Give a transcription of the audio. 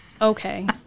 okay